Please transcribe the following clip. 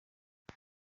kas